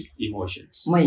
emotions